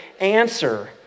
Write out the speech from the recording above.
answer